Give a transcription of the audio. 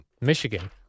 Michigan